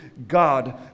God